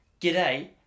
g'day